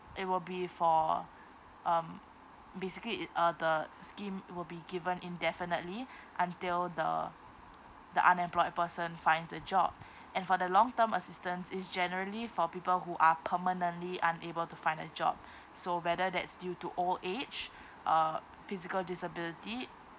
it will be for um basically it uh the scheme will be given indefinitely until the the unemployed person finds a job and for the long term assistance is generally for people who are permanently unable to find a job so whether that's due to old age uh physical disability